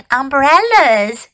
umbrellas